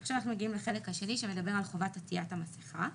עכשיו אנחנו מגיעים לחלק השני שמדבר על חובת עטיית המסכה.